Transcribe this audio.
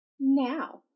now